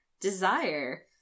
desire